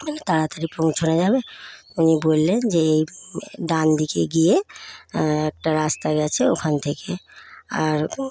তাড়াতাড়ি পৌঁছানো যাবে উনি বললেন যে এই ডানদিকে গিয়ে একটা রাস্তা গেছে ওইখান থেকে আর